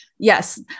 Yes